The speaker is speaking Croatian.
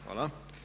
Hvala.